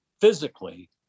physically